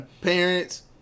Parents